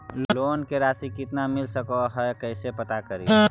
Loan के रासि कितना मिल सक है कैसे पता करी?